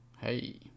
Hey